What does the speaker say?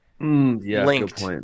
linked